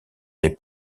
les